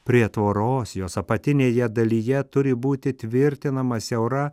prie tvoros jos apatinėje dalyje turi būti tvirtinama siaura